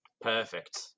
Perfect